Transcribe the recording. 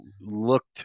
looked